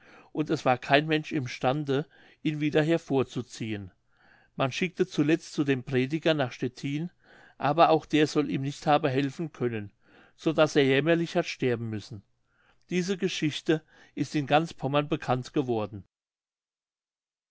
und es war kein mensch im stande ihn wieder hervorzuziehen man schickte zuletzt zu dem prediger nach stettin aber auch der soll ihm nicht haben helfen können so daß er jämmerlich hat sterben müssen diese geschichte ist in ganz pommern bekannt geworden